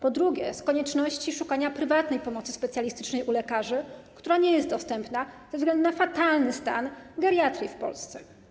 Po drugie, z konieczności szukania prywatnej pomocy specjalistycznej u lekarzy, która nie jest dostępna ze względu na fatalny stan geriatrii w Polsce.